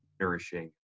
nourishing